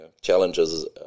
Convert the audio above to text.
challenges